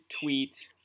tweet